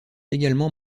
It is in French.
également